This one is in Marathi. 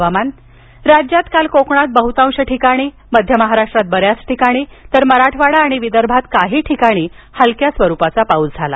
हवामान राज्यात काल कोकणात बहुतांश ठिकाणी मध्य महाराष्ट्रात बऱ्याच ठिकाणी तर मराठवाडा आणि विदर्भात काही ठिकाणी हलक्या स्वरूपाचा पाऊस झाला